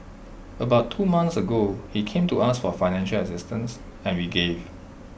about two months ago he came to us for financial assistance and we gave